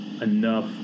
enough